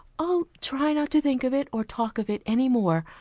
i'll try not to think of it or talk of it any more.